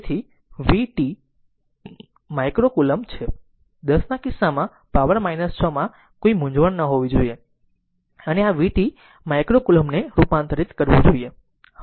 તેથી V t micro coulomb 10 10 ના કિસ્સામાં પાવર 6 માં કોઈ મૂંઝવણ ન હોવી જોઈએ અને આ v t માઇક્રો કુલોમ્બ ને રૂપાંતરિત કરવું જોઈએ